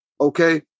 Okay